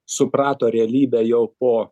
suprato realybę jau po